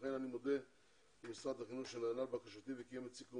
אני מודה למשרד החינוך שנענה לבקשתי וקיים את סיכום